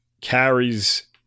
carries